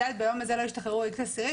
שאני יודעת שביום הזה לא השתחררו בכלל אסירים,